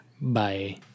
Bye